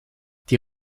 die